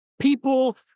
people